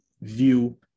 view